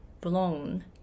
blown